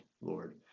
Lord